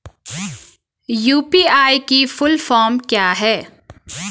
UPI की full form क्या है?